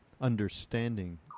understanding